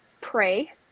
pray